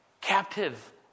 captive